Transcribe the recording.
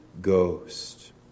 Ghost